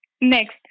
Next